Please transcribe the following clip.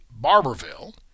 Barberville